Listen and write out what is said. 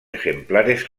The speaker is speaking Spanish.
ejemplares